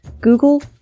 Google